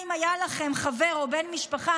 אבל את המצאת את השקר.